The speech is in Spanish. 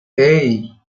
hey